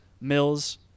Mills